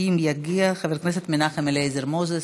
אם יגיע חבר הכנסת מנחם אליעזר מוזס,